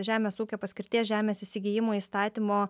žemės ūkio paskirties žemės įsigijimo įstatymo